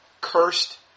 Cursed